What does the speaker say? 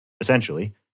essentially